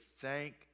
thank